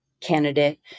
candidate